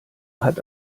hat